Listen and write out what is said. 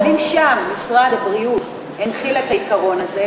אז אם שם משרד הבריאות הנחיל את העיקרון הזה,